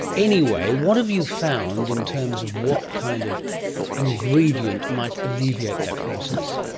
anyway, what have you found in terms of what kind of ingredient might alleviate that process?